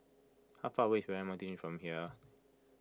how far away from here